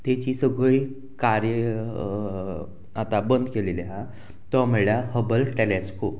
तेची सगळी कार्य आतां बंद केलेली आहा तो म्हळ्यार हबल टॅलेस्कोप